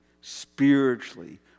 spiritually